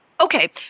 okay